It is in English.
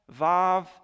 Vav